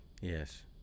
Yes